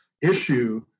issue